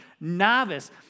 novice